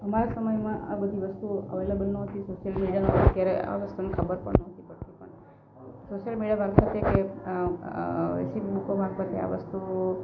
અમારા સમયમાં આ બધી વસ્તુઓ અવેલેબલ નોહતી સોસીયલ મીડિયા અત્યારે આ વસ્તુની ખબર પણ નોતી પડતી પણ સોસિયલ મીડિયા મારફતે કે રેસીપી બૂકો મારફતે આ વસ્તુ